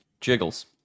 Jiggles